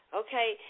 okay